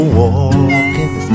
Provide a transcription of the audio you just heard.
walking